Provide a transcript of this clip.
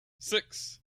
six